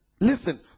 Listen